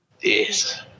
Yes